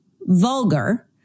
vulgar